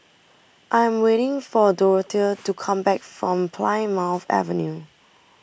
I am waiting for Dorothea to come back from Plymouth Avenue